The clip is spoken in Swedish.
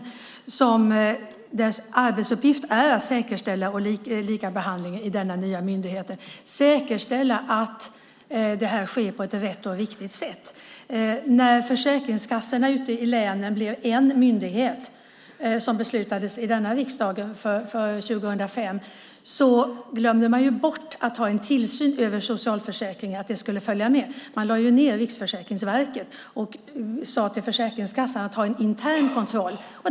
Denna nya myndighets arbetsuppgift är att säkerställa likabehandling och att detta sker på ett rätt och riktigt sätt. När försäkringskassorna ute i länen blev en myndighet, vilket beslutades av riksdagen 2005, glömde man bort att en tillsyn över socialförsäkringarna skulle följa med. Man lade ju ned Riksförsäkringsverket och sade till Försäkringskassan att ha en intern kontroll.